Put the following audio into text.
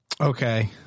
Okay